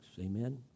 Amen